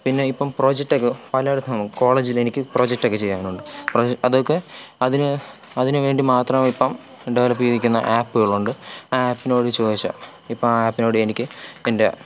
പിന്നെ ഇപ്പം പ്രോജക്റ്റൊക്കെ പലയിടത്തും കോളേജിൽ എനിക്ക് പ്രോജക്റ്റൊക്കെ ചെയ്യാനുണ്ട് അതൊക്കെ അതിന് അതിനുവേണ്ടി മാത്രം ഇപ്പം ഡെവലപ്പ് ചെയ്തിരിക്കുന്ന ആപ്പുകളുണ്ട് ആ ആപ്പിനോട് ചോദിച്ചാൽ ഇപ്പം ആ ആപ്പിനോട് എനിക്ക് ഇതിൻ്റെ